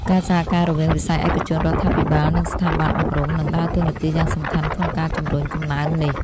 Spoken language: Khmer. ការសហការរវាងវិស័យឯកជន រដ្ឋាភិបាល និងស្ថាប័នអប់រំ នឹងដើរតួនាទីយ៉ាងសំខាន់ក្នុងការជំរុញកំណើននេះ។